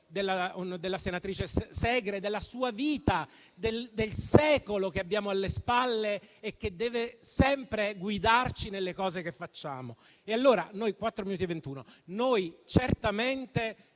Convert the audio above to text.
della senatrice Segre, della sua vita, del secolo che abbiamo alle spalle e che deve sempre guidarci nelle cose che facciamo. Sono a quattro minuti e 21 secondi. Noi certamente